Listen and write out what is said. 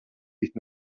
nicht